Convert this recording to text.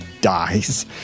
dies